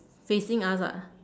facing us ah